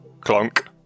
Clunk